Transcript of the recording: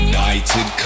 United